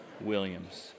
Williams